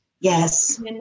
Yes